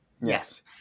Yes